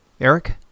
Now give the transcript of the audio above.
Eric